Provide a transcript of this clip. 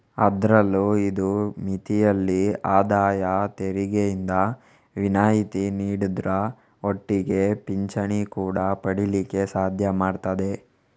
ಅದ್ರಲ್ಲೂ ಇದು ಮಿತಿಯಲ್ಲಿ ಆದಾಯ ತೆರಿಗೆಯಿಂದ ವಿನಾಯಿತಿ ನೀಡುದ್ರ ಒಟ್ಟಿಗೆ ಪಿಂಚಣಿ ಕೂಡಾ ಪಡೀಲಿಕ್ಕೆ ಸಾಧ್ಯ ಮಾಡ್ತದೆ